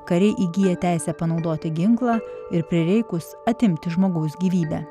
kariai įgyja teisę panaudoti ginklą ir prireikus atimti žmogaus gyvybę